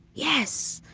yes.